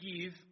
give